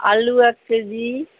আলু এক কেজি